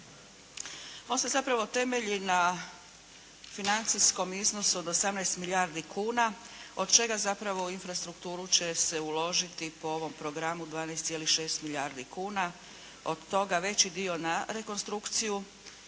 On se zapravo temelji na financijskom iznosu od 18 milijardi kuna od čega zapravo u infrastrukturu će se uložiti po ovom programu 12,6 milijardi kuna. Od toga veći dio na rekonstrukciju